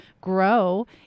grow